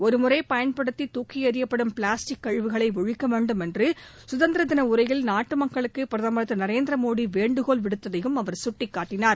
ஒருமுறை பயன்படுத்தி துக்கி எறியப்படும் பிளாஸ்டிக் கழிவுகளை ஒழிக்க வேண்டும் என்று சுதந்திர தின உரையில் நாட்டு மக்களுக்கு பிரதமர் திரு நரேந்திர மோடி வேண்டுகோள் விடுத்ததையும் அவர் சுட்டிக்காட்டினார்